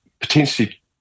potentially